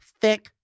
thick